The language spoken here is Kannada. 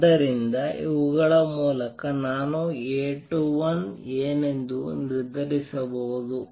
ಆದ್ದರಿಂದ ಇವುಗಳ ಮೂಲಕ ನಾನು A21 ಏನೆಂದು ನಿರ್ಧರಿಸಬಹುದು